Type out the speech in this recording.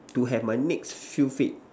to have my next few fit